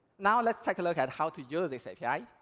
now, let's take a look at how to use this api.